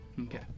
Okay